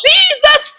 Jesus